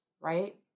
right